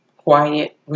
quiet